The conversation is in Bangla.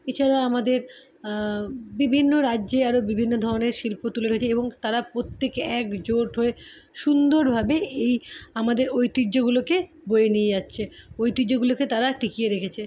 এছাড়া আমাদের বিভিন্ন রাজ্যে আরও বিভিন্ন ধরনের শিল্প তুলে রয়েছে এবং তারা প্রত্যেকে একজোট হয়ে সুন্দরভাবে এই আমাদের ঐতিহ্যগুলোকে বয়ে নিয়ে যাচ্ছে ঐতিহ্যগুলোকে তারা টিকিয়ে রেখেছে